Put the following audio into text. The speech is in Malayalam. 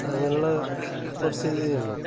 അങ്ങനെയുള്ള കുറച്ച് ഇതേ ഉള്ളൂ